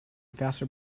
faster